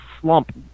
slump